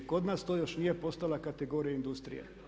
Kod nas to još nije postala kategorija industrije.